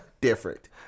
different